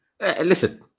Listen